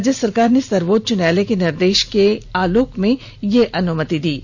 राज्य सरकार ने सर्वोच्च न्यायालय के निर्देश के आलोक में यह अनुमति दी है